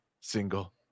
single